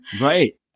Right